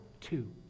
two